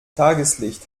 tageslicht